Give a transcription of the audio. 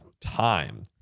time